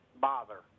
bother